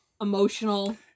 emotional